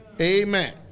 Amen